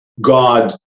God